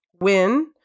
win